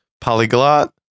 polyglot